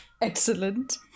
Excellent